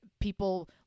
people